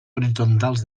horitzontals